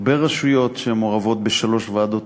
הרבה רשויות שמעורבות בשלוש ועדות